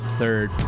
third